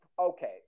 okay